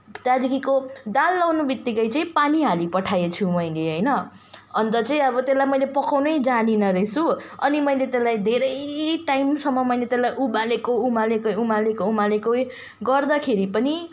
त्यहाँदेखिको दाल लगाउनेबित्तिकै चाहिँ पानी हाली पठाएछु मैले होइन अन्त चाहिँ अब त्यसलाई मैले पकाउनै जानिनँ रहेछु अनि मैले त्यसलाई धेरै टाइमसम्म मैले त्यसलाई उमालेको उमालेकै उमालेको उमालेकै गर्दाखेरि पनि